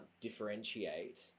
differentiate